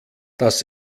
das